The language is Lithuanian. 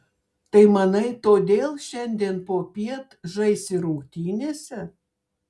tai manai todėl šiandien popiet žaisi rungtynėse